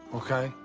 okay.